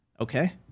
Okay